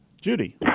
Judy